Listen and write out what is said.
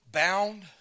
bound